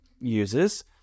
uses